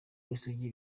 w’isugi